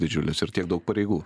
didžiulis ir tiek daug pareigų